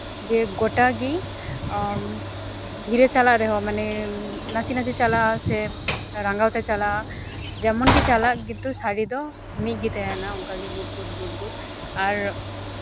ᱡᱮ ᱜᱳᱴᱟᱜᱮ ᱫᱷᱤᱨᱮ ᱪᱟᱞᱟᱜ ᱨᱮᱦᱚᱸ ᱱᱟᱥᱮ ᱱᱟᱥᱮ ᱪᱟᱞᱟᱜᱼᱟ ᱨᱟᱸᱜᱟᱣ ᱛᱮ ᱪᱟᱞᱟᱜᱼᱟ ᱡᱮᱢᱚᱱ ᱜᱮ ᱪᱟᱞᱟᱜ ᱜᱮᱫᱚ ᱥᱟᱰᱮ ᱫᱚ ᱢᱤᱫ ᱜᱮ ᱛᱟᱦᱮᱱᱟ ᱚᱱᱠᱟᱜᱮ ᱜᱩᱰ ᱜᱩᱰ ᱜᱩᱰ ᱟᱨ